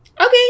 Okay